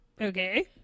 Okay